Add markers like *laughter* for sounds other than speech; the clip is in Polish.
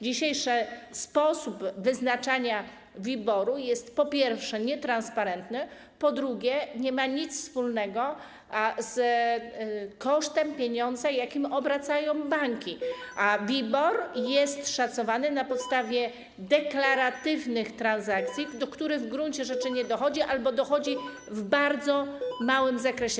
Dzisiejszy sposób wyznaczania WIBOR-u jest, po pierwsze, nietransparentny, po drugie, nie ma nic wspólnego z kosztem pieniądza, jakim obracają banki, *noise* a WIBOR jest szacowany na podstawie deklaratywnych transakcji, do których w gruncie rzeczy nie dochodzi albo dochodzi w bardzo małym zakresie.